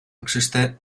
existe